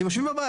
הם יושבים בבית.